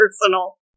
personal